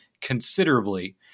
considerably